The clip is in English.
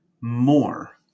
more